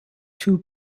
two